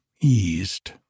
eased